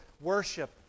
worship